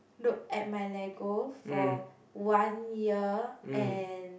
look at my Lego for one year and